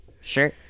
Sure